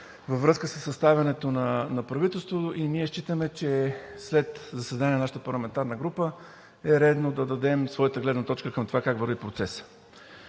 във връзка със съставянето на правителство. Ние считаме, че след заседание на нашата парламентарна група е редно да дадем своята гледна точка към това как върви процесът.